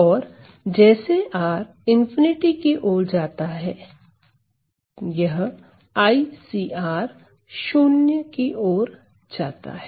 और जैसे R ∞ की ओर जाता है यह IcR शून्य की ओर जाता है